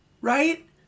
Right